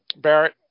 Barrett